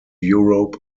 europe